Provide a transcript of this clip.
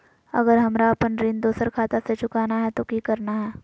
अगर हमरा अपन ऋण दोसर खाता से चुकाना है तो कि करना है?